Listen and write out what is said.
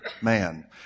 man